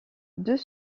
deux